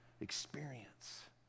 experience